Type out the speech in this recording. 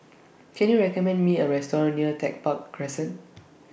Can YOU recommend Me A Restaurant near Tech Park Crescent